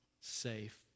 safe